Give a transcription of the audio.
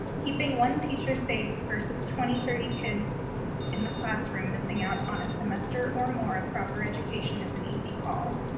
keeping one teacher safe versus twenty, thirty kids in the classroom missing out on a semester or more of proper education is an easy call.